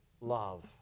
love